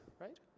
Right